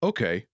Okay